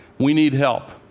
we need help.